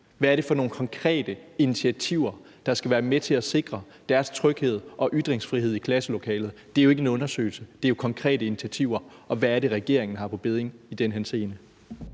Hvad er det for nogle konkrete initiativer, der skal være med til at sikre deres tryghed og ytringsfrihed i klasselokalet? Det er jo ikke en undersøgelse. Det er jo konkrete initiativer. Og hvad er det, regeringen har på bedding i den henseende?